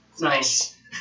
Nice